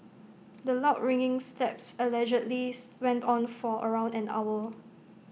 the loud ringing slaps allegedly went on for around an hour